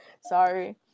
Sorry